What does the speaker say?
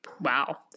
wow